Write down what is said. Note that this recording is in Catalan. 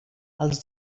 els